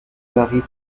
marie